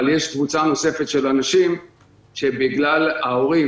אבל יש קבוצה נוספת של אנשים שבגלל ההורים